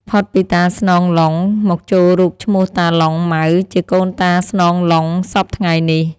ផុតពីតាស្នង ឡុង មកចូលរូបឈ្មោះតា ឡុង ម៉ៅ ជាកូនតា ស្នង ឡុង សព្វថ្ងៃនេះ ។